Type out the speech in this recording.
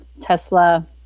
Tesla